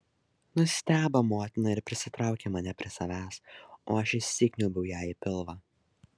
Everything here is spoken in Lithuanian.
nustebo motina ir prisitraukė mane prie savęs o aš įsikniaubiau jai į pilvą